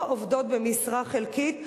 או עובדות במשרה חלקית.